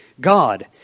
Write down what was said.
God